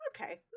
Okay